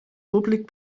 públic